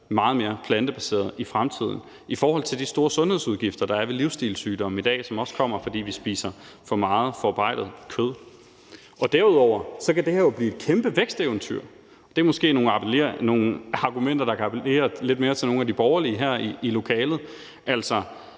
meget mere plantebaseret i fremtiden, i forhold til de store sundhedsudgifter, der er ved livsstilssygdomme i dag, som også kommer, fordi vi spiser for meget forarbejdet kød. Derudover kan det her jo blive et kæmpe væksteventyr. Det er måske nogle argumenter, der kan appellere lidt mere til nogle af de borgerlige her i lokalet. Altså,